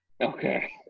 Okay